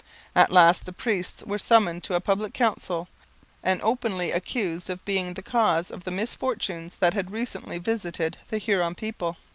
at last the priests were summoned to a public council and openly accused of being the cause of the misfortunes that had recently visited the huron people.